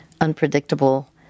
unpredictable